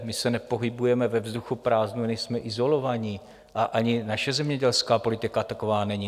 My se nepohybujeme ve vzduchoprázdnu, nejsme izolovaní a ani naše zemědělská politika taková není.